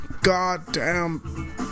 goddamn